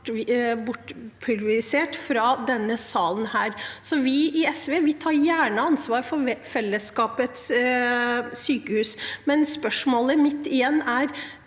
bort fra denne salen. Vi i SV tar gjerne ansvar for fellesskapets sykehus, men spørsmålet mitt er